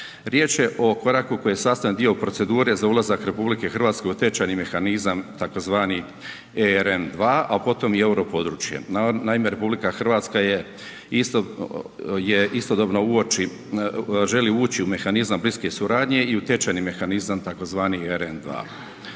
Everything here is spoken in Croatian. Riječ je o koraku koji je sastavni dio procedure za ulazak RH u tečajni mehanizam tzv. RN2, a potom i euro područje. Naime, RH je isto je istodobno uoči, želi ući u mehanizam bliske suradnje i u tečajni mehanizam tzv. RN2.